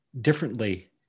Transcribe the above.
differently